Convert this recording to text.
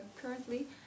currently